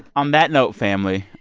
on that note, family,